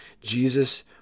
Jesus